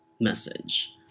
message